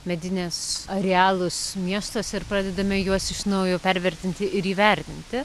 medinius arealus miestuose ir pradedame juos iš naujo pervertinti ir įvertinti